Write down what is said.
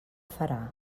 farà